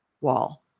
wall